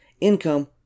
income